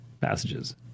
passages